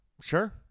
Sure